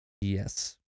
Yes